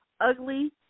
ugly